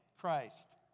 Christ